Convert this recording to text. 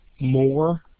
more